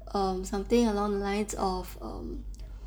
um something along the lines of um